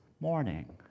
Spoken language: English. morning